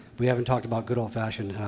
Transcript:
we haven't talked about good old-fashioned